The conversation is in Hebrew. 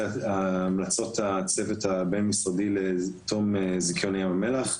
המלצות הצוות הבין-משרדי לתום זיכיון ים המלח.